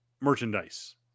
merchandise